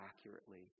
accurately